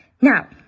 Now